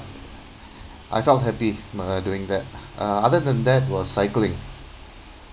I felt happy when I'm doing that uh other than that was cycling